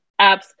Apps